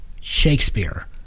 Shakespeare